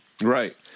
Right